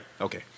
Okay